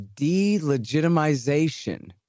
delegitimization